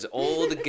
old